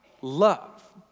love